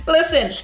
Listen